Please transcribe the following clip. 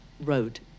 road